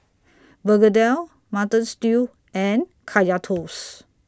Begedil Mutton Stew and Kaya Toast